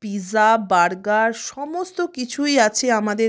pizza burger সমস্ত কিছুই আছে আমাদের